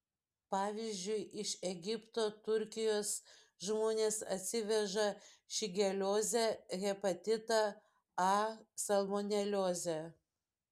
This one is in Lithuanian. pavyzdžiui iš egipto turkijos žmonės atsiveža šigeliozę hepatitą a salmoneliozę